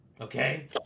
okay